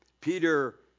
Peter